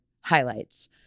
highlights